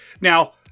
Now